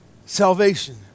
salvation